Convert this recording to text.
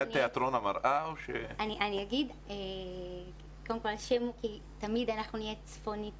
השם הוא כי תמיד אנחנו נהיה צפונית